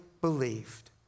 believed